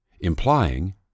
implying